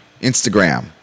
Instagram